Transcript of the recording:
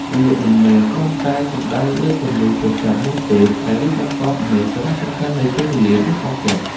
វាមិនមែនគ្រាន់តែសំដៅលើពន្លឺព្រះចន្ទនោះទេ តែវាបង្កប់នូវសារៈសំខាន់នៃពេលវេលា និងឱកាស។